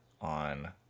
on